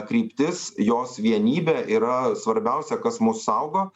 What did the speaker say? kryptis jos vienybė yra svarbiausia kas mus saugo